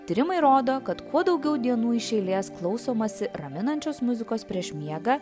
tyrimai rodo kad kuo daugiau dienų iš eilės klausomasi raminančios muzikos prieš miegą